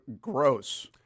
gross